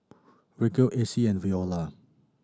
Ryleigh Acy and Veola